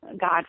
God